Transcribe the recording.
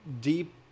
deep